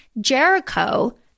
Jericho